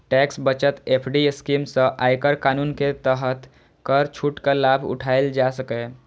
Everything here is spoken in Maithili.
टैक्स बचत एफ.डी स्कीम सं आयकर कानून के तहत कर छूटक लाभ उठाएल जा सकैए